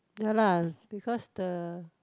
ya lah because the